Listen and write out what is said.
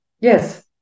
yes